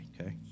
okay